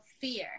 fear